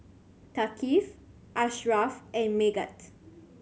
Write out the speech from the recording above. Thaqif Ashraff and Megat